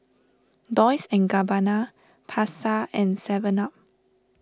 Dolce and Gabbana Pasar and Seven Up